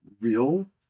real